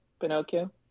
Pinocchio